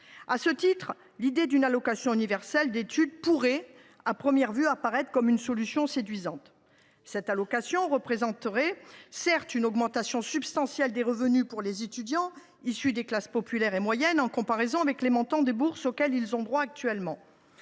À ce titre, l’idée d’une allocation autonomie universelle d’études pourrait, à première vue, apparaître comme une solution séduisante. Cette allocation représenterait, certes, une augmentation substantielle des revenus pour les étudiants issus des classes populaires et moyennes, en comparaison avec les montants de bourses auxquels ils ont droit actuellement.